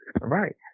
Right